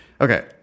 Okay